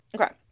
Okay